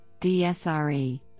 DSRE